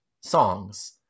songs